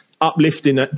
uplifting